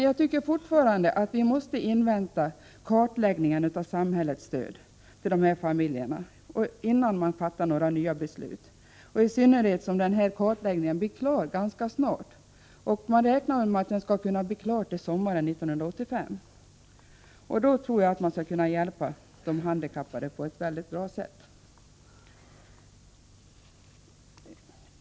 Men vi måste invänta kartläggningen av samhällets ekonomiska stöd till dessa familjer innan vi fattar några nya beslut, i synnerhet som denna kartläggning blir klar ganska snart — man räknar med att den skall vara klar till sommaren 1985. Då tror jag att vi skall kunna hjälpa de handikappade på ett bra sätt.